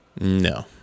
no